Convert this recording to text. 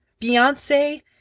Beyonce